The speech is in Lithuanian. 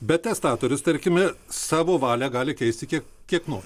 bet testatorius tarkime savo valią gali keisti kiek kiek nori